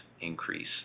increase